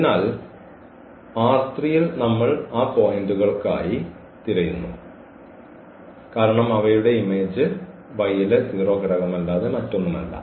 അതിനാൽ ഈ ൽ നമ്മൾ ആ പോയിന്റുകൾക്കായി തിരയുന്നു കാരണം അവയുടെ ഇമേജ് y ലെ 0 ഘടകമല്ലാതെ മറ്റൊന്നുമല്ല